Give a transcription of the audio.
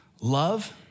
love